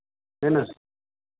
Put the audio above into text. है ना